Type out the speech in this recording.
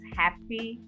happy